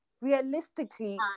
realistically